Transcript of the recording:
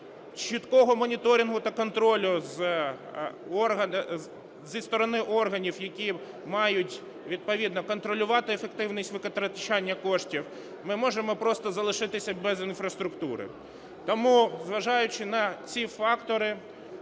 чіткого моніторингу та контролю зі сторони органів, які мають відповідно контролювати ефективність витрачання коштів, ми можемо просто залишитися без інфраструктури. Тому, зважаючи на ці фактори,